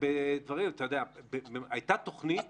הייתה תוכנית